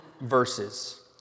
verses